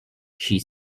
she